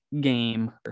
game